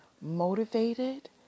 motivated